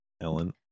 Ellen